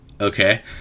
Okay